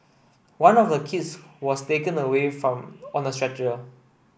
one of the kids was taken away from on a stretcher